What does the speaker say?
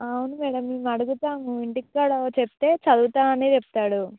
అవును మేడమ్ మేము అడుగుతాము ఇంటికాడ చెప్తే చదువుతాను అనే చెప్తాడు